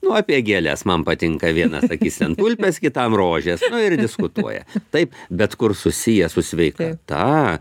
nu apie gėles man patinka vienas sakis ten tulpės kitam rožės nu ir diskutuoja taip bet kur susiję su sveikata